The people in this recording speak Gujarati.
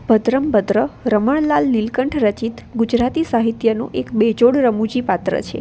ભદ્રંભદ્ર રમણ લાલ નીલકંઠ રચિત ગુજરાતી સાહિત્યનું એક બેજોડ રમૂજી પાત્ર છે